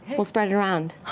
we'll spread it around.